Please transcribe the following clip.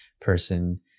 person